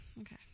okay